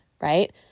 right